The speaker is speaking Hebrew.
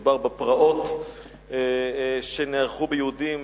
מדובר בפרעות שנערכו ביהודים,